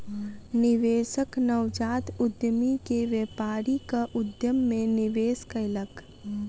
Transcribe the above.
निवेशक नवजात उद्यमी के व्यापारिक उद्यम मे निवेश कयलक